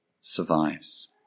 survives